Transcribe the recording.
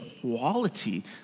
quality